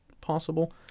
possible